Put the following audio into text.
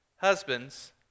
Husbands